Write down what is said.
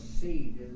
seed